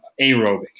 aerobic